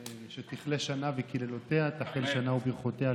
שתכלה שנה וקללותיה, תחל שנה וברכותיה.